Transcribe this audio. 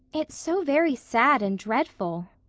it's so very sad and dreadful,